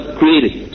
created